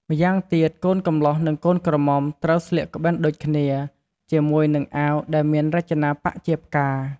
ម្យ៉ាងទៀត កូនកំលោះនិងកូនក្រមុំត្រូវស្លៀកក្បិនដូចគ្នា ជាមួយនឹងអាវដែលមានរចនាប៉ាក់ជាផ្កា។